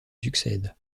succèdent